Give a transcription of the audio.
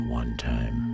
one-time